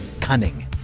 Cunning